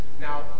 Now